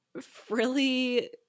frilly